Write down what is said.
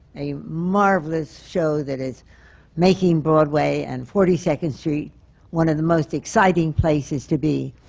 a marvelous show that is making broadway and forty second street one of the most exciting places to be.